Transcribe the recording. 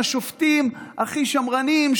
עם השופטים הכי שמרנים,